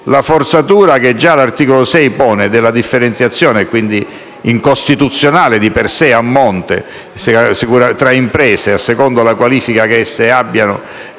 La forzatura che già l'articolo 6 pone della differenziazione - quindi incostituzionale di per sé a monte - tra imprese, a seconda della qualifica che esse abbiano